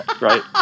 right